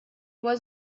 was